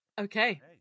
Okay